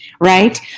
Right